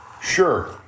sure